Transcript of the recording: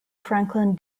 franklin